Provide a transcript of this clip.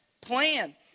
Plan